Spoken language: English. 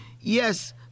Yes